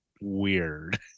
weird